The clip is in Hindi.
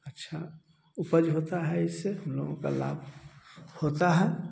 अच्छा उपज होता है इससे हम लोगों का लाभ होता है